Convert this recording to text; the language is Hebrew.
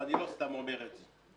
ואני לא סתם אומר את זה.